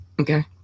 Okay